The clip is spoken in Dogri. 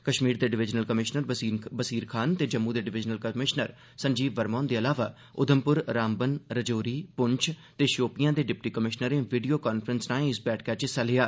कश्मीर दे डिविजनल कमीशनर बसीर खान ते जम्मू दे डिविजनल कमीशनर संजीव वर्मा हन्दे इलावा उधमप्र रामबन राजौरी प्ंछ ते शोपिया दे डिप्टी कमीशनरें विडियो कांफ्रेसिंग राए इस बैठक च हिस्सा लेया